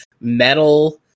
metal